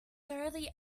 thoroughly